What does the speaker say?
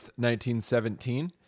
1917